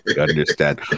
understand